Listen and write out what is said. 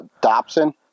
Dobson